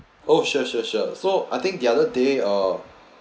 oh sure sure sure so I think the other day uh